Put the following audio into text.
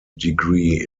degree